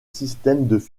fichiers